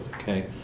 okay